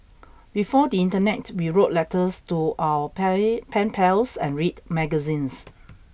before the internet we wrote letters to our pay pen pals and read magazines